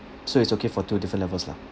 so it's okay for two different levels lah